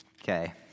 Okay